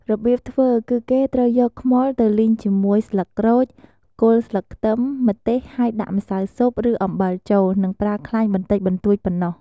របៀបធ្វើ គឺគេត្រូវយកខ្មុលទៅលីងជាមួយស្លឹកក្រូច គល់ស្លឹកខ្ទឹម ម្ទេស ហើយដាក់ម្សៅស៊ុប ឬអំបិលចូល និងប្រើខ្លាញ់បន្តិចបន្តួចប៉ុណ្ណោះ។